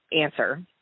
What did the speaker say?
answer